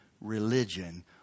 religion